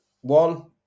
one